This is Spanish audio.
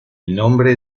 nombre